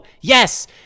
yes